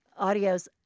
audios